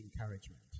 encouragement